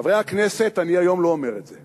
חברי הכנסת, היום אני לא אומר את זה,